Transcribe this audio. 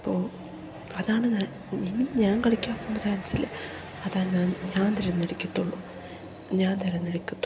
അപ്പോൾ അതാണ് ഞാൻ ഇനി ഞാൻ കളിക്കാൻ പോകുന്ന ഡാൻസിൽ അതാണ് ഞാൻ ഞാൻ തെരഞ്ഞെടുക്കത്തുള്ളൂ ഞാൻ തെരഞ്ഞെടുക്കത്തുള്ളൂ